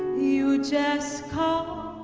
you just call